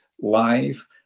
live